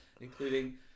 including